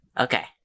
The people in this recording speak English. Okay